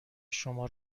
شما